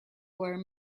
were